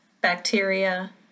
bacteria